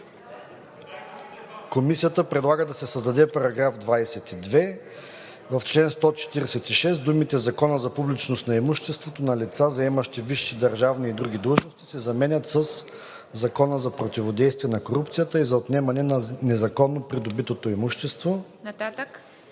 Комисията предлага да се създаде § 22: „§ 22. В чл. 146 думите „Закона за публичност на имуществото на лица, заемащи висши държавни и други длъжности“ се заменят със „Закона за противодействие на корупцията и за отнемане на незаконно придобитото имущество“.